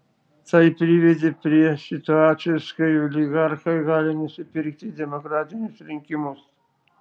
tai privedė prie situacijos kai oligarchai gali nusipirkti demokratinius rinkimus